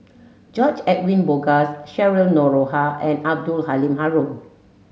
George Edwin Bogaars Cheryl Noronha and Abdul Halim Haron